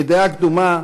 מדעה קדומה,